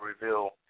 reveal